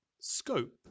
Scope